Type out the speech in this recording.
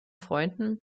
freunden